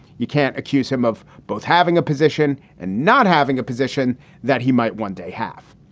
you can't accuse him of both having a position and not having a position that he might one day have.